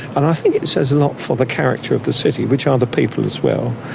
and i think it says a lot for the character of the city, which are the people as well,